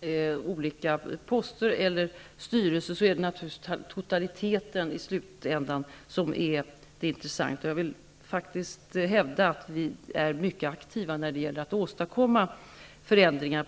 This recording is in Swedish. till olika poster i styrelser osv. är det naturligtvis i slutändan totaliteten som är det intressanta. Jag vill faktiskt hävda att vi är mycket aktiva när det gäller att åstadkomma förändringar.